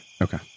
Okay